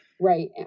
Right